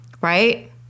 right